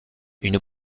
une